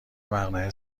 مقنعه